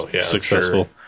successful